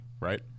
right